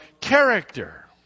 character